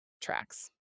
tracks